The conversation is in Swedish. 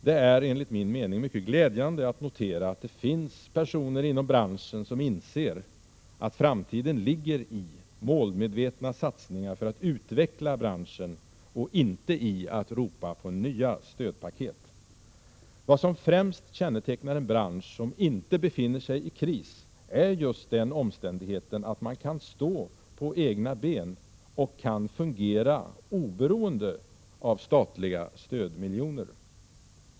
Det är enligt min mening mycket glädjande att notera att det finns personer inom branschen som inser att framtiden ligger i målmedvetna satsningar för att utveckla branschen och inte i rop på nya stödpaket. Vad som främst kännetecknar en bransch som inte befinner sig i kris är just den omständigheten att den kan stå på egna ben och kan fungera oberoende av statliga stödmiljoner.